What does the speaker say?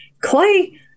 Clay